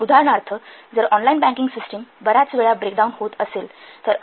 उदाहरणार्थ जर online banking system बर्याच वेळा ब्रेकडाउन होत असेल तर